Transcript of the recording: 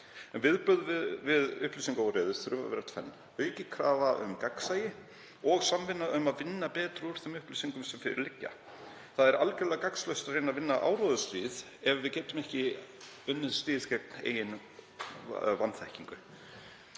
Viðbrögð við upplýsingaóreiðu þurfa að vera tvenns konar: Aukin krafa um gagnsæi og samvinna um að vinna betur úr þeim upplýsingum sem fyrir liggja. Það er algjörlega gagnslaust að reyna að vinna áróðursstríð ef við getum ekki unnið stríð gegn eigin vanþekkingu.